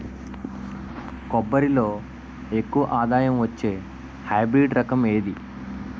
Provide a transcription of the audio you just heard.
కొబ్బరి లో ఎక్కువ ఆదాయం వచ్చే హైబ్రిడ్ రకం ఏది?